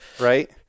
right